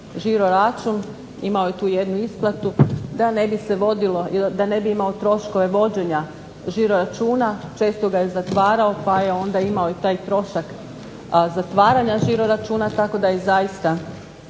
žiro-račun, imao je tu jednu isplatu, da ne bi imao troškove vođenja žiro-računa često ga je zatvarao pa je onda imao i taj trošak zatvaranja žiro-računa. Tako da je zaista